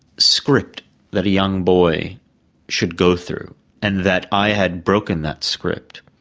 script that a young boy should go through and that i had broken that script.